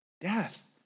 Death